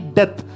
death